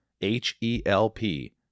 H-E-L-P